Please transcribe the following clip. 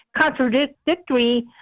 contradictory